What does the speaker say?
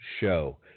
show